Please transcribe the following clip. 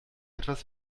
etwas